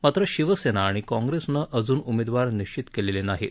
मात्र शिवसेना आणि काँग्रेसनं अजून उमेदवार निश्चित केलेले नाहीत